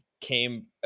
came